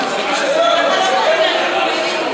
זה דיון חשוב.